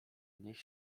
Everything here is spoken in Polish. niech